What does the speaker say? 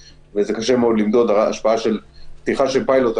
קשה מאוד למדוד רמת תחלואה בפתיחה של פיילוט,